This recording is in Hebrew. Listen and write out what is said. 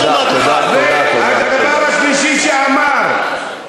הדבר השלישי שהוא אמר: